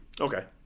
Okay